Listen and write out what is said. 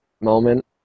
moment